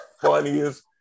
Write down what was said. funniest